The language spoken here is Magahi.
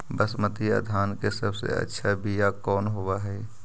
बसमतिया धान के सबसे अच्छा बीया कौन हौब हैं?